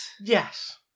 Yes